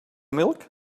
milk